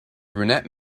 brunette